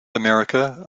america